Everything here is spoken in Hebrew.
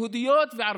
יהודיות וערביות.